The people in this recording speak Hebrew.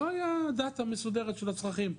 לא הייתה דאטה מסודרת של הצרכים,